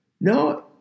No